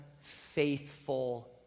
faithful